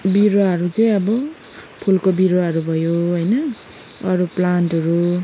बिरुवाहरू चाहिँ अब फुलको बिरुवाहरू भयो होइन अरू प्लान्टहरू